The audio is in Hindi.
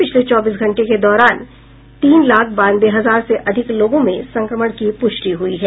पिछले चौबीस घंटे के दौरान तीन लाख बानवे हजार से अधिक लोगों में संक्रमण की पुष्टि हुई है